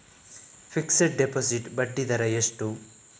Fixed deposit ಬಡ್ಡಿ ದರ ಎಷ್ಟು?